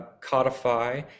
codify